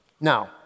Now